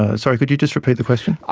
ah sorry, could you just repeat the question?